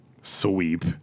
Sweep